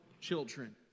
children